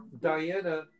Diana